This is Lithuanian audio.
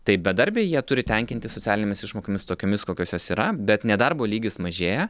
tai bedarbiai jie turi tenkintis socialinėmis išmokomis tokiomis kokios jos yra bet nedarbo lygis mažėja